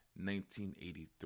1983